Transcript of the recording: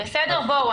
בואו,